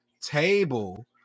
table